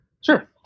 Sure